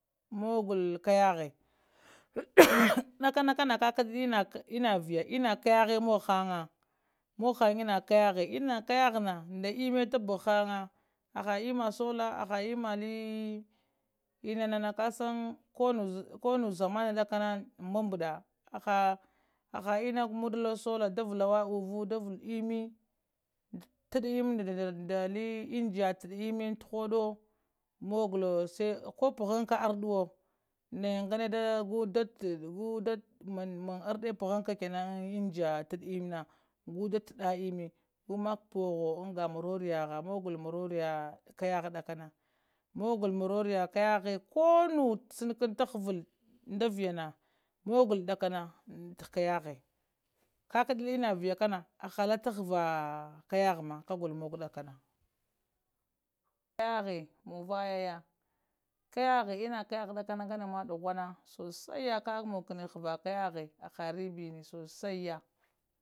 Mugall kayahe dakkana kanna kakadahan viya enna kayahe mugghan ga enna kayahe na nda emme tah pahhanga aha emma sola aha emma li enna kashan konu zama zaman dakana mbambada aha ena maɗdlo sola da valawa uvu da val emmi taddl emmi ndaneɗe ndali engiya tadd emmi taddhoɗo mugulowo se koh pahanka arddowo mugulowo se koh pahanka ardɗowo naya nganede ka gu da tadd mann ardde phanka kenan an engiya taɗɗ emmna gu da taɗɗa emmi gumak pohowo anga maroriyaha mogul marori kahah koh nu sankun taha val nddaviyana muggul dagkana ta kamaha kakaɗal enna viya kana aha la tahavala kayahena kagullowo muggow ɗakkana kaphe muvayaha kayahe enna kayahe dakana kanama duhana enna kayahe sosaiya aha ribba ammdiya sosaiya